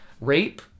Rape